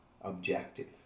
objective